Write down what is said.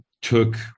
took